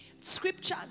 scriptures